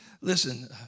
listen